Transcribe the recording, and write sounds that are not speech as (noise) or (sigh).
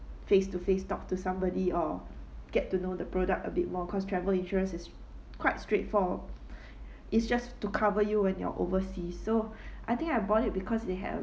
face to face talk to somebody or get to know the product a bit more cause travel insurance is quite straightforward (breath) it's just to cover you when you are overseas so I think I bought it because they have